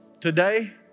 today